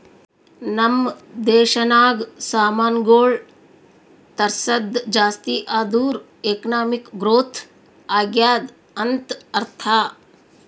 ನಮ್ ದೇಶನಾಗ್ ಸಾಮಾನ್ಗೊಳ್ ತರ್ಸದ್ ಜಾಸ್ತಿ ಆದೂರ್ ಎಕಾನಮಿಕ್ ಗ್ರೋಥ್ ಆಗ್ಯಾದ್ ಅಂತ್ ಅರ್ಥಾ